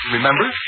Remember